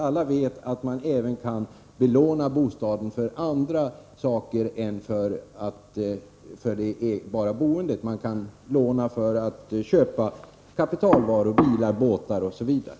Alla vet att man kan belåna bostaden för köp av kapitalvaror, dyra båtar osv.